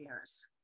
years